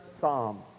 Psalm